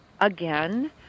again